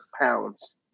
pounds